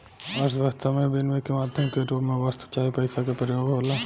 अर्थव्यस्था में बिनिमय के माध्यम के रूप में वस्तु चाहे पईसा के प्रयोग होला